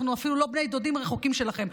אנחנו אפילו לא בני דודים רחוקים שלכם".